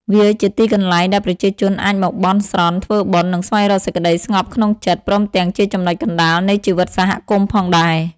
វាជាទីកន្លែងដែលប្រជាជនអាចមកបន់ស្រន់ ធ្វើបុណ្យ និងស្វែងរកសេចក្តីស្ងប់ក្នុងចិត្ត ព្រមទាំងជាចំណុចកណ្ដាលនៃជីវិតសហគមន៍ផងដែរ។